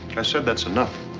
i said, that's enough.